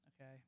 Okay